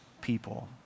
people